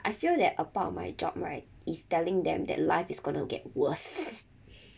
I feel that about my job right is telling them that life is gonna get worse